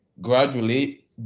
gradually